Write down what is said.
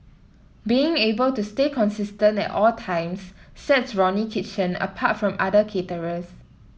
being able to stay consistent at all times sets Ronnie Kitchen apart from other caterers